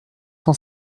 cent